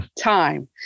time